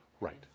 Right